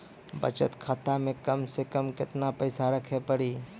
बचत खाता मे कम से कम केतना पैसा रखे पड़ी?